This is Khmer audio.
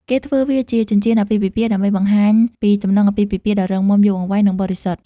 គេធ្វើវាជា ចិញ្ចៀនអាពាហ៍ពិពាហ៍ដើម្បី បង្ហាញពីចំណងអាពាហ៍ពិពាហ៍ដ៏រឹងមាំ យូរអង្វែង និងបរិសុទ្ធ។